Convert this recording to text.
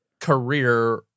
career